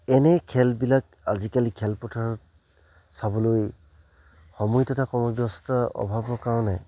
এনে খেলবিলাক আজিকালি খেলপথাৰত চাবলৈ সময় তথা কৰ্মব্যস্ত অভাৱৰ কাৰণে